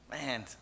Man